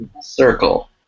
Circle